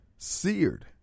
Seared